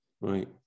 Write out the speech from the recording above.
right